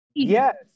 Yes